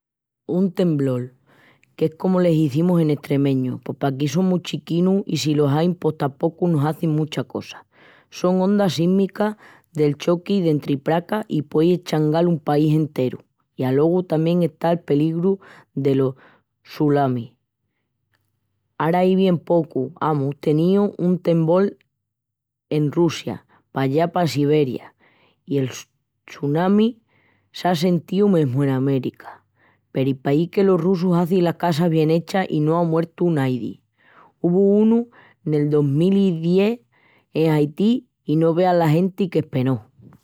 Un temblol, qu'es comu l'izimus en estremeñu, pos paquí son mu chiquinus i si los ain pos tapocu no hazin mucha cosa. Son ondas sísmicas del choqui dentri pracas i puei eschangal un país enteru i alogu tamién está el peligru delos tsulamis. Ara ai bien pocu amus teníu un temblol en Russia, pallá pa Siberia, i el tsulami s'á sentíu mesmu en América. Peri pahi que los russus hazin las casas bien hechas i no á muertu naidi. Uvu unu nel dos mil i dies en Haití, i no veas la genti que espenó.